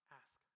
ask